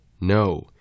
No